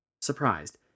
Surprised